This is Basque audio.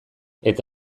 eta